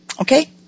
Okay